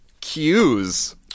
cues